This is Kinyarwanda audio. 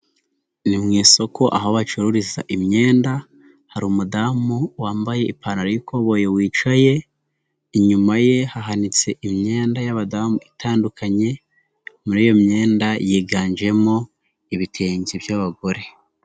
Ni mu isoko aho bacururiza imyenda, hari umudamu wambaye ipantaro y'ikoboyi wicaye, inyuma ye hahanitse imyenda y'abadamu itandukanye, muri iyo myenda yiganjemo ibitenge by'abagore.